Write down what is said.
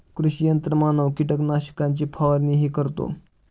कृषी यंत्रमानव कीटकनाशकांची फवारणीही करतो